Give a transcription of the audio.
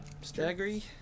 Staggery